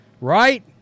right